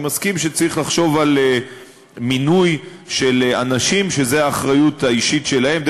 אני מסכים שצריך לחשוב על מינוי של אנשים שזו האחריות האישית שלהם,